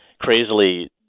crazily